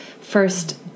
first